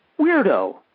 weirdo